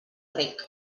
rec